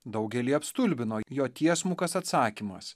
daugelį apstulbino jo tiesmukas atsakymas